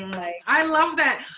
i love that.